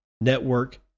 network